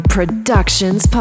Productions